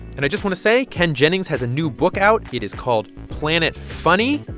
and i just want to say ken jennings has a new book out. it is called planet funny,